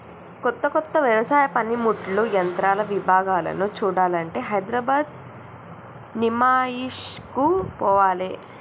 కొత్త కొత్త వ్యవసాయ పనిముట్లు యంత్రాల విభాగాలను చూడాలంటే హైదరాబాద్ నిమాయిష్ కు పోవాలే